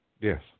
Yes